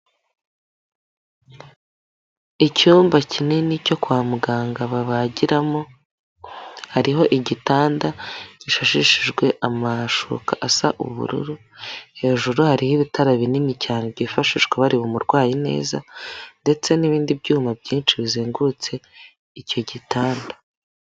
Icyumba kinini cyo kwa muganga babagiramo, hariho igitanda gishashishijwe amashuka asa ubururu, hejuru hariho ibitara binini cyane byifashishwa bareba umurwayi neza, ndetse n'ibindi byuma byinshi bizengurutse icyo gitanda.